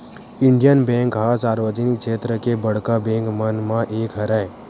Indian bank ह सार्वजनिक छेत्र के बड़का बेंक मन म एक हरय